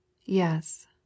yes